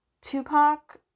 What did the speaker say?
Tupac